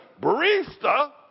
barista